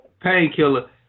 Painkiller